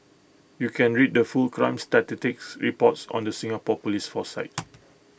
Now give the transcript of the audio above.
you can read the full crime statistics reports on the Singapore Police force site